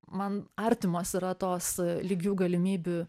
man artimos yra tos lygių galimybių